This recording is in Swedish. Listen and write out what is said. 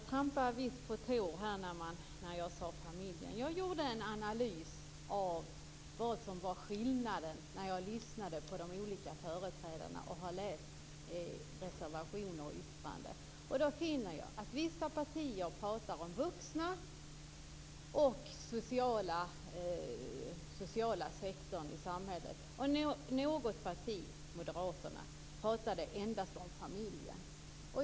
Fru talman! Jag trampar visst på tår när jag pratar om familjen. Jag gjorde en analys av vad som var skillnaden när jag lyssnade på de olika företrädarna och läste reservationer och yttranden. Då fann jag att vissa partier pratar om vuxna och den sociala sektorn i samhället. Något parti, Moderaterna, pratar endast om familjen.